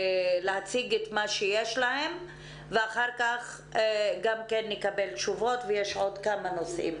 להציג את מה שיש להם ואחר-כך נקבל תשובות ויש עוד כמה נושאים.